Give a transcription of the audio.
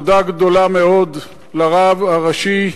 תודה גדולה מאוד לרב הראשי,